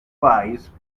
wise